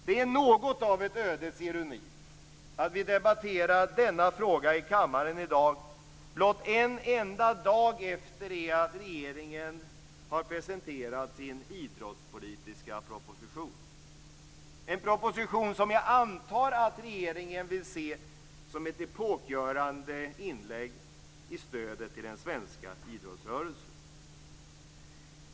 Det är något av en ödets ironi att vi debatterar denna fråga i kammaren i dag, blott en enda dag efter det att regeringen har presenterat sin idrottspolitiska proposition - en proposition som jag antar att regeringen vill se som ett epokgörande inlägg i fråga om stödet till den svenska idrottsrörelsen.